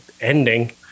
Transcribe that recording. ending